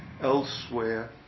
elsewhere